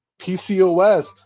PCOS